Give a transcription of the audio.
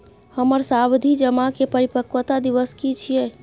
हमर सावधि जमा के परिपक्वता दिवस की छियै?